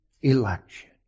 election